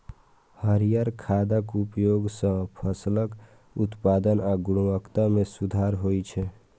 हरियर खादक उपयोग सं फसलक उत्पादन आ गुणवत्ता मे सुधार होइ छै